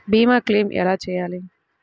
భీమ క్లెయిం ఎలా చేయాలి?